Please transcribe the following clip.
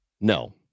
No